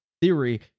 theory